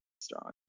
strong